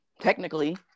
technically